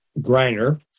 Greiner